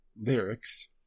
lyrics